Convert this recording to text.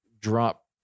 drop